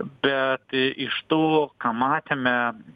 bet iš tų ką matėme